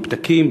עם פתקים,